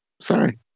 Sorry